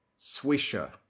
Swisher